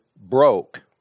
broke